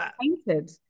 painted